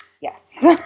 Yes